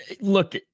Look